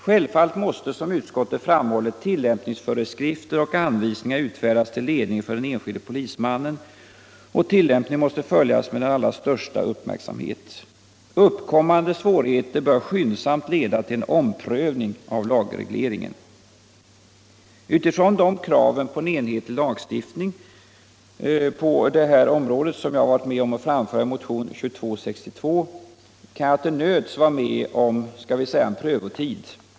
Sjätvfallet måste, såsom utskottet framhåller, tillämpningsföreskrifter och anvisningar utfärdas till ledning för den enskilde polismannen, och tillämpningen måste följas med den allra största uppmärksamhet. Uppkommande svårigheter bör skyndsamt leda till en omprövning av lagregleringen. Utitrån de krav på en enhetlig lagstiftning på det här området som jag varit med om att framföra i motionen 2262 kan jag till nöds vara med om en prövotid.